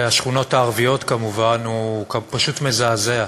השכונות הערביות כמובן, פשוט מזעזע.